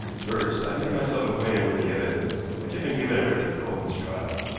first, i made myself acquainted with the evidence which had been given at richard coleman's trial.